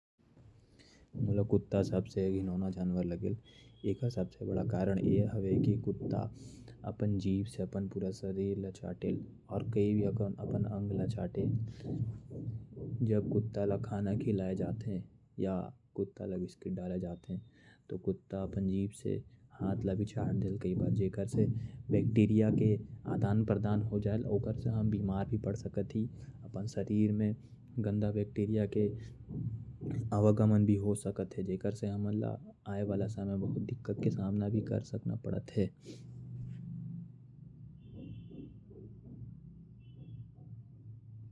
कुत्ता मुके सबसे घिनौना जानवर है। एकर सबसे बड़ा कारण ये है। कि कुत्ता अपन शरीर ला जीभ से चाटेल और अंग ला चाटेल। और कई बार कुत्ता ल खाना खिलाए के टाइम ओहर जीव से हमन ल। चाट देहल जेकर से बैक्टीरिया के आदान प्रदान होजायल। बीमार हुए के खतरा भी बना रहल।